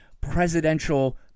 Presidential